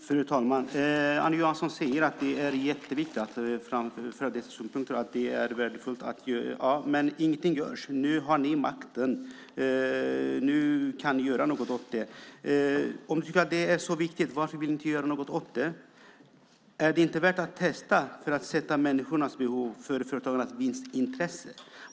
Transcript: Fru talman! Annie Johansson framförde synpunkten att det är värdefullt att göra någonting, men ingenting görs. Nu har ni makten, och nu kan ni göra något åt det. Om ni tycker att det är så viktigt, varför vill ni inte göra något åt det? Är det inte värt att testa för att sätta människornas behov före företagarnas vinstintresse?